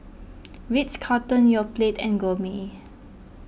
Ritz Carlton Yoplait and Gourmet